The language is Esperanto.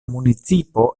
municipo